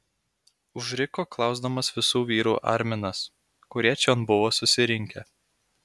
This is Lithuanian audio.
užriko klausdamas visų vyrų arminas kurie čion buvo susirinkę